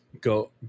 go